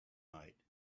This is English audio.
night